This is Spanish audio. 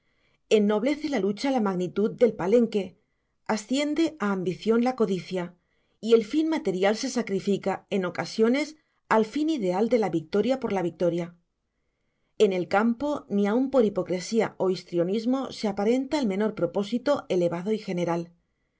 grandiosidad ennoblece la lucha la magnitud del palenque asciende a ambición la codicia y el fin material se sacrifica en ocasiones al fin ideal de la victoria por la victoria en el campo ni aun por hipocresía o histrionismo se aparenta el menor propósito elevado y general